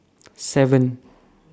seven